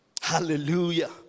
Hallelujah